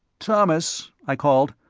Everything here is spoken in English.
thomas, i called,